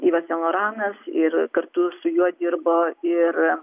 yvas sen loranas ir kartu su juo dirbo ir